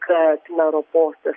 kad mero postas